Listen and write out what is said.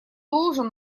должен